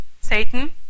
Satan